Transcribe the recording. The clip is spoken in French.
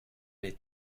les